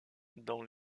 dans